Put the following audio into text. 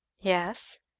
yes?